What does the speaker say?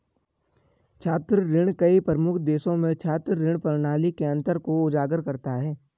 छात्र ऋण कई प्रमुख देशों में छात्र ऋण प्रणाली के अंतर को उजागर करता है